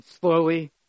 slowly